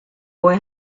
boy